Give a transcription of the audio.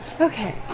okay